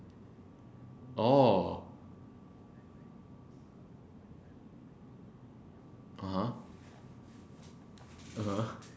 oh uh !huh! uh !huh!